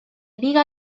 diga